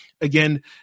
again